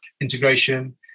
integration